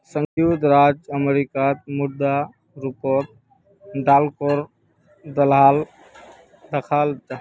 संयुक्त राज्य अमेरिकार मुद्रा रूपोत डॉलरोक दखाल जाहा